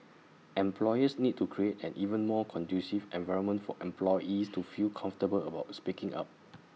employers need to create an even more conducive environment for employees to feel comfortable about speaking up